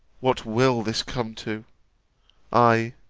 what will this come to i,